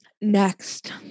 next